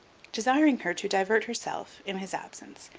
desiring her to divert herself in his absence,